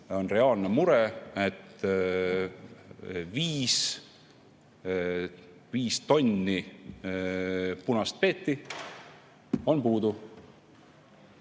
on reaalne mure, et viis tonni punast peeti on puudu,